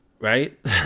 right